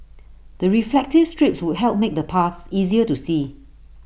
the reflective strips would help make the paths easier to see